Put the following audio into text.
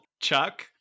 chuck